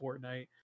Fortnite